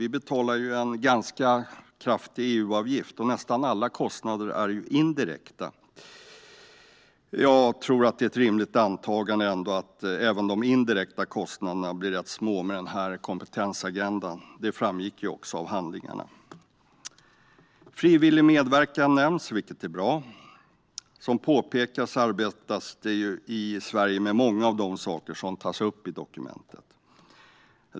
Vi betalar en ganska hög EU-avgift, och nästan alla kostnader är indirekta. Jag tror att det är ett rimligt antagande att även de indirekta kostnaderna blir rätt små med denna kompetensagenda. Det framgick också av handlingarna. Frivillig medverkan nämns, vilket är bra. Det påpekas att man i Sverige arbetar med många av de saker som tas upp i dokumentet.